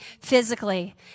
physically